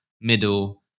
middle